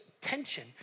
tension